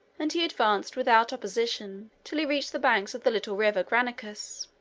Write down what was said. and he advanced without opposition till he reached the banks of the little river granicus.